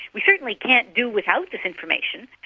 we certainly can't do without this information.